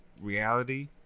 reality